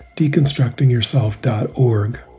DeconstructingYourself.org